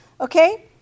okay